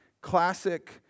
classic